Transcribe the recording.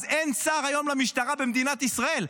אז אין שר היום למשטרה במדינת ישראל.